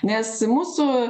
nes mūsų